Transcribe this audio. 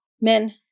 Men